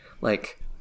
Like-